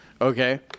Okay